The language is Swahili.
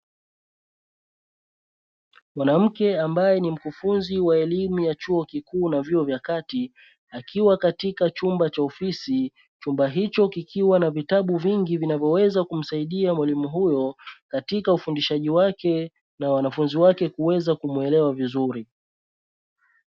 Mwanamke ambaye ni mkufunzi wa elimu ya chuo kikuu na vyuo vya kati akiwa katika chumba cha ofisi, chumba hicho kikiwa na vitabu vingi vinavyoweza kumsaidia mwalimu huyo katika ufundishaji wake na wanafunzi wake kuweza kumuelewa vizuri.